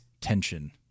tension